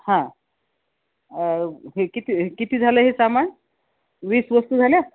हां हे किती किती झालं हे सामान वीस वस्तू झाल्या